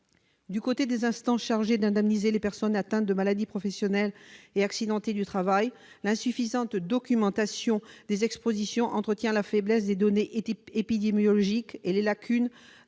Du côté des instances chargées d'indemniser les personnes atteintes de maladies professionnelles et accidentées du travail, l'insuffisante documentation des expositions aux pesticides entretient la faiblesse des données épidémiologiques, ainsi que des lacunes